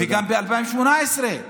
וגם ב-2018.